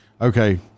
Okay